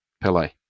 Pele